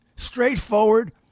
straightforward